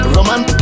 Roman